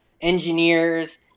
engineers